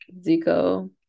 Zico